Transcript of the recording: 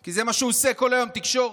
כי זה מה שהוא עושה כל היום, תקשורת.